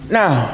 now